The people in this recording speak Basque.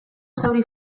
zauri